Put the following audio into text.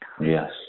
Yes